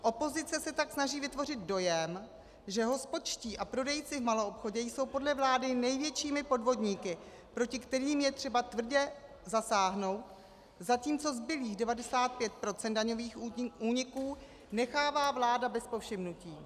Opozice se tak snaží vytvořit dojem, že hospodští a prodejci v maloobchodě jsou podle vlády největšími podvodníky, proti kterým je třeba tvrdě zasáhnout, zatímco zbylých 95 % daňových úniků nechává vláda bez povšimnutí.